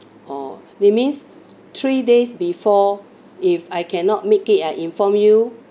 oh that means three days before if I cannot make it I inform you